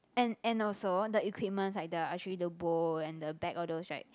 and and also the equipment like the I show you the bowl and the bag all those right